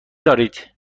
دارید